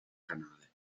canale